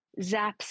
zaps